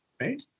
right